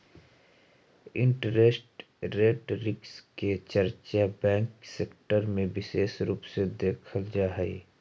interest rate risk के चर्चा bank sector में विशेष रूप से देखल जा हई